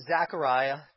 Zechariah